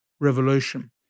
Revolution